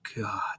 God